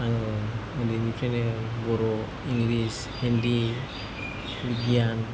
आं उन्दैनिफ्रायनो बर' इंलिस हिन्दी बिगियान